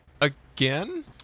again